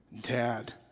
Dad